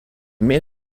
min